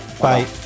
Bye